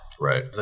right